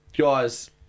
guys